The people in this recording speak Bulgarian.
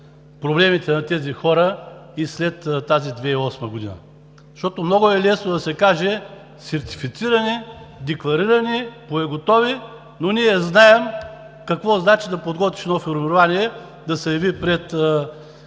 проблемите на тези хора и след тази 2008 г. Много е лесно да се каже: сертифициране, деклариране, боеготовие, но ние знаем какво значи да подготвиш едно формирование да се яви пред